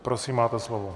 Prosím máte slovo.